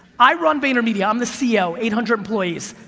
i run vaynermedia, i'm the ceo, eight hundred employees,